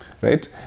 right